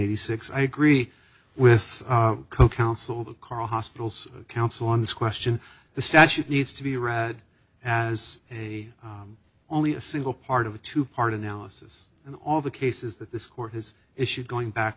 eighty six i agree with co counsel that karl hospital's counsel on this question the statute needs to be read as a only a single part of a two part analysis in all the cases that this court has issued going back